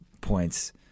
points